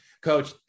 coach